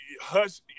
hush